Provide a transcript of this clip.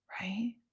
Right